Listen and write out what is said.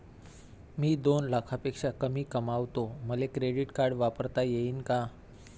मी दोन लाखापेक्षा कमी कमावतो, मले क्रेडिट कार्ड वापरता येईन का?